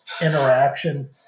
interaction